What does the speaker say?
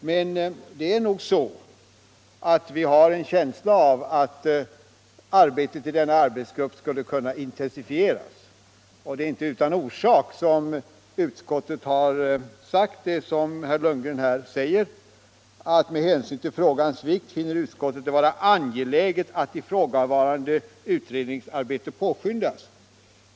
Men vi har väl ändå en känsla av att arbetet i den arbetsgruppen skulle kunna intensifieras, och det är inte utan orsak som utskottet skriver så som herr Lundgren citerade, alltså att utskottet med hänsyn till frågans vikt finner det vara angeläget att ifrågavarande utredningsarbete påskyndas.